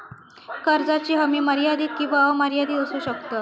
कर्जाची हमी मर्यादित किंवा अमर्यादित असू शकता